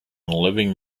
living